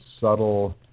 subtle